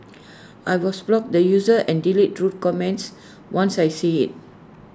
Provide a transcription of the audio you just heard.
I will block the user and delete rude comments once I see IT